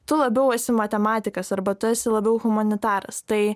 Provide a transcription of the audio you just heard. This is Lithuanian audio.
tu labiau esi matematikas arba tu esi labiau humanitaras tai